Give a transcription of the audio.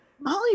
Molly